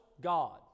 God